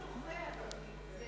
זה